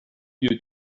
you